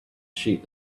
sheep